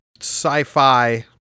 sci-fi